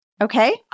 Okay